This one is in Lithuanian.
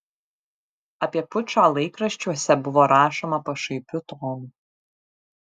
apie pučą laikraščiuose buvo rašoma pašaipiu tonu